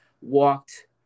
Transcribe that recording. walked